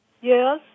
Yes